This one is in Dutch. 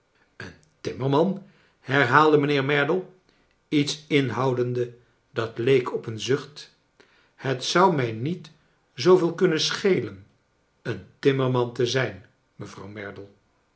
een timmerman herhaalde mijnheer merdle iets inhoudende dat leek op een zucht het zou mij niet zoo veel kunnen schelen een timmerman te zijn mevrouw merdle